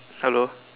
hello